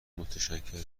متشکرم